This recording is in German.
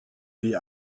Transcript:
wie